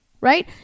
Right